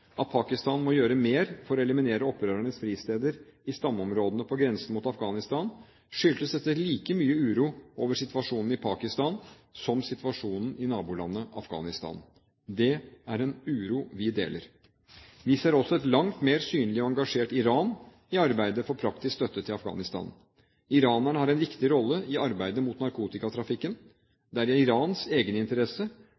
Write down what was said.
at Pakistan må gjøre mer for å eliminere opprørernes fristeder i stammeområdene på grensen mot Afghanistan, skyldtes dette like mye uro over situasjonen i Pakistan som situasjonen i nabolandet Afghanistan. Det er en uro vi deler. Vi ser også et langt mer synlig og engasjert Iran i arbeidet for praktisk støtte til Afghanistan. Iranerne har en viktig rolle i arbeidet mot narkotikatrafikken.